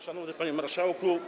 Szanowny Panie Marszałku!